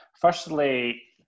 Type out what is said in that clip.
Firstly